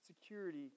security